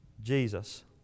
Jesus